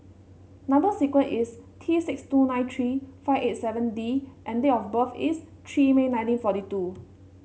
number sequence is T six two nine three five eight seven D and date of birth is three May nineteen forty two